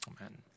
Amen